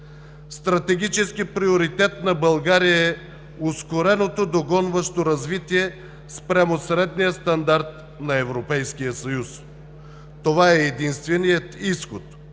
Стратегически приоритет на България е ускореното догонващо развитие спрямо средния стандарт на Европейския съюз. Това е единственият изход